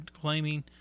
claiming